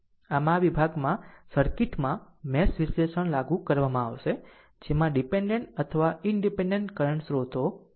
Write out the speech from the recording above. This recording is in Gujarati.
આમ આ વિભાગમાં સર્કિટમાં મેશ વિશ્લેષણ લાગુ કરવામાં આવશે જેમાં ડીપેન્ડેન્ટ અથવા ઇનડીપેનડેન્ટ કરંટ સ્રોતો છે